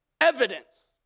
evidence